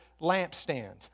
lampstand